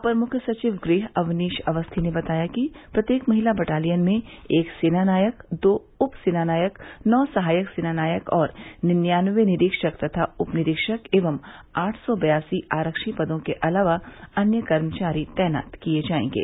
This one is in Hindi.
अपर मुख्य सचिव गृह अवनीश अवस्थी ने बताया कि प्रत्येक महिला बटालियन में एक सेनानायक दो उप सेनानायक नौ सहायक सेनानायक और निनयान्नबे निरीक्षक और उप निरीक्षक एवं आठ सौ बयासी आरक्षी पदों के अलावा अन्य कर्मचारी तैनात किये जायेंगे